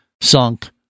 sunk